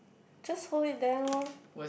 just hold it there loh